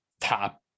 top